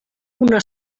una